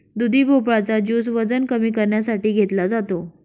दुधी भोपळा चा ज्युस वजन कमी करण्यासाठी घेतला जातो